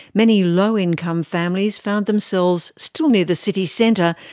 many low income families found themselves still near the city centre,